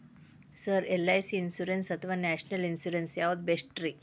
Sir LIC insurance ಅಥವಾ national insurance ಯಾವುದು ಬೆಸ್ಟ್ರಿ?